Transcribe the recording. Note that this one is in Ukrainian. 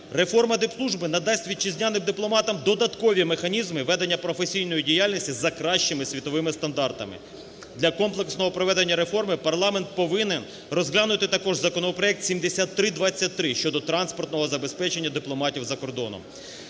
реформа дипслужби надасть вітчизняним дипломатам додаткові механізми ведення професійної діяльності за кращими світовими стандартами. Для комплексного проведення реформи парламент повинен розглянути також законопроект 7323 щодо транспортного забезпечення дипломатів за кордоном.